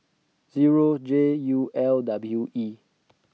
Zero J U L W E